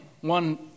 one